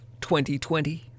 2020